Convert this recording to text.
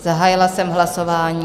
Zahájila jsem hlasování.